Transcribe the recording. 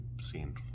seen